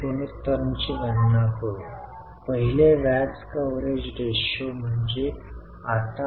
आता रोख आणि रोख समकक्षतेवर जाण्यासाठी आपल्याला सलोखा स्टेटमेंट करावे लागेल